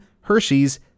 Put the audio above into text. Hershey's